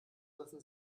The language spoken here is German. lassen